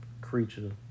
Creature